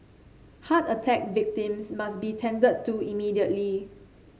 heart attack victims must be tended to immediately